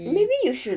or maybe you should